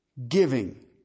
Giving